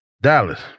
Dallas